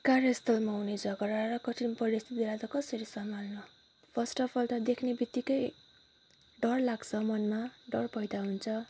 कार्यस्थलमा हुने झगडा र कठिन परिस्थितिलाई त कसरी सम्हाल्नु फर्स्ट अफ् अल देख्ने बित्तिकै डर लाग्छ मनमा डर पैदा हुन्छ